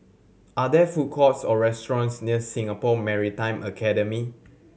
are there food courts or restaurants near Singapore Maritime Academy